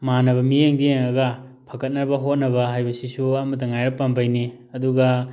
ꯃꯥꯟꯅꯕ ꯃꯤꯠꯌꯦꯡꯗ ꯌꯦꯡꯉꯒ ꯐꯒꯠꯅꯕ ꯍꯣꯠꯅꯕ ꯍꯥꯏꯕꯁꯤꯁꯨ ꯑꯃꯠꯇ ꯉꯥꯏꯔꯕ ꯄꯥꯝꯕꯩꯅꯤ ꯑꯗꯨꯒ